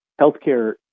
healthcare